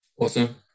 Awesome